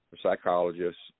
psychologists